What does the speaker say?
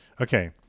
Okay